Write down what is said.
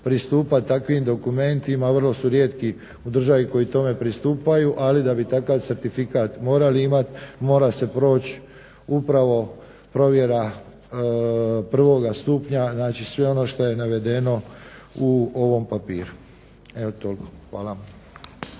pristupat takvim dokumentima vrlo su rijetki u državi koji tome pristupaju. Ali da bi takav certifikat morali imat mora se proći upravo provjera prvoga stupnja, znači sve ono što je navedeno u ovom papiru. Evo toliko. Hvala.